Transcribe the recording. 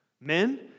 Men